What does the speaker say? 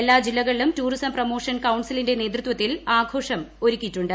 എല്ലാ ജില്ലകളിലും tourism promotion കൌൺസിലിന്റെ നേതൃത്വത്തിൽ ആഘോഷം ഒരുക്കിയിട്ടുണ്ട്